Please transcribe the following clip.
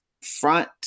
front